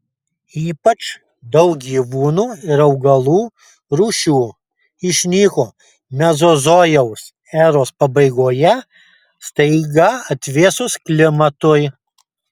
ypač daug gyvūnų ir augalų rūšių išnyko mezozojaus eros pabaigoje staiga atvėsus klimatui